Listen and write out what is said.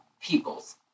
people's